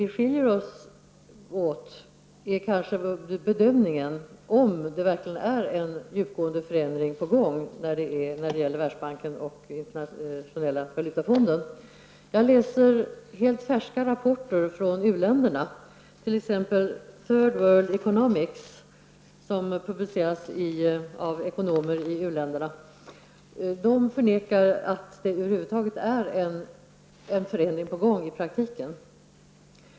Vi skiljer oss kanske åt i fråga om bedömningen av huruvida det verkligen rör sig om en djupgående förändring när det gäller Världsbanken och Jag läser helt färska rapporter från u-länderna, t.ex. Third World Economics, som publiceras av ekonomer i u-länderna. I dessa rapporter förnekas att det i praktiken över huvud taget är fråga om en förändring.